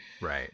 Right